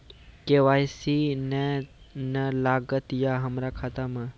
KYC ने न लागल या हमरा खाता मैं?